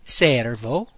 servo